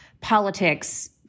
politics